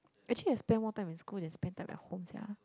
actually I spend more time in school then spend time at home sia